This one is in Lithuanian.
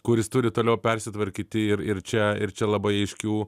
kuris turi toliau persitvarkyti ir ir čia ir čia labai aiškių